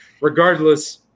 Regardless